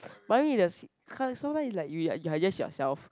but I mean the cause sometime is like you you are just yourself